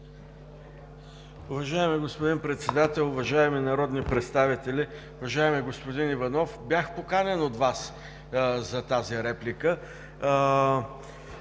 Уважаеми господин Председател, уважаеми народни представители! Уважаеми господин Иванов, бях поканен от Вас за тази реплика.